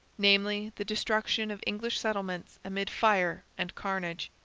namely the destruction of english settlements amid fire and carnage.